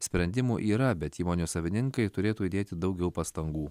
sprendimų yra bet įmonių savininkai turėtų įdėti daugiau pastangų